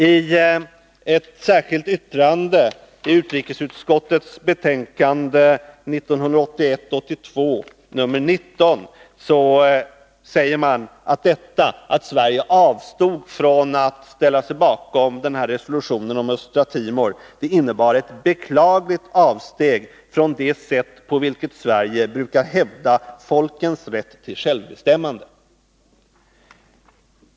I ett särskilt yttrande i utrikesutskottets betänkande 1981/82:19 sade man med anledning av att Sverige hade avstått från att ställa sig bakom resolutionen om Östra Timor att detta ”innebar ett beklagligt avsteg från det sätt på vilket Sverige brukar hävda folkens rätt till självbestämmande”.